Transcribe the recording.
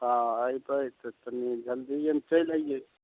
हाँ अइबे तऽ तनि जल्दियेमे चलि अहिये